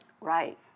Right